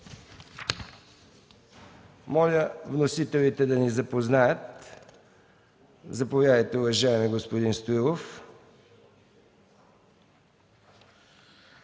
Моля вносителите да ни запознаят. Заповядайте, уважаеми господин Стоилов.